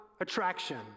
attraction